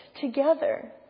together